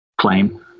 claim